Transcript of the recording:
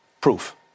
Proof